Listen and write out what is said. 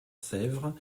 sèvre